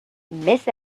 miss